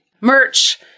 Merch